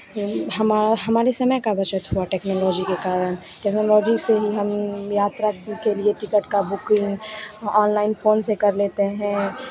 हमारा हमारे समय का बचत हुआ टेक्नोलॉजी के कारण टेक्नोलॉजी से ही हम यात्रा के लिए टिकट का बुकिंग ऑनलाइन फ़ोन से कर लेते हैं